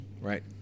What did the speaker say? right